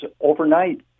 overnight